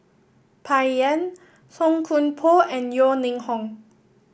Bai Yan Song Koon Poh and Yeo Ning Hong